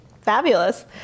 Fabulous